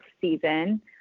season